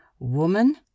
woman